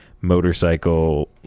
motorcycle